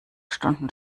stunden